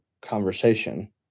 conversation